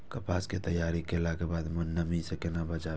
कपास के तैयार कैला कै बाद नमी से केना बचाबी?